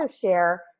share